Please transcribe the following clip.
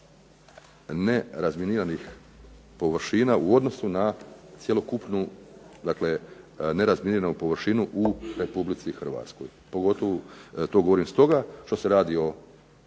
nerazminiranih površina u odnosu na cjelokupnu nerazminiranu površinu u Republici Hrvatskoj. Pogotovo to govorim stoga što se radi o